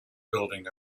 building